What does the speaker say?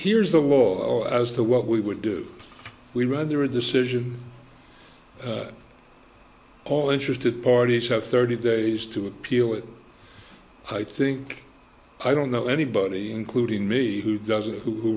hears the low as to what we would do we rather a decision all interested parties have thirty days to appeal it i think i don't know anybody including me who does it who